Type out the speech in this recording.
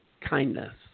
kindness